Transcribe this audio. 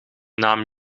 naam